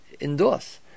endorse